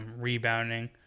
rebounding